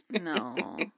No